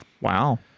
Wow